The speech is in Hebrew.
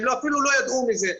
הם אפילו לא ידעו מזה.